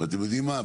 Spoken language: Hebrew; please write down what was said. ואתם יודעים מה?